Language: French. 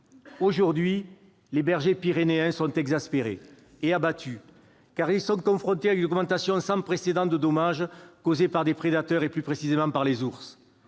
Aujourd'hui les bergers pyrénéens sont exaspérés et abattus, car ils sont confrontés à une augmentation sans précédent des dommages causés par des prédateurs, et plus précisément par les ours.